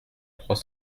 trois